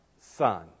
Son